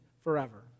forever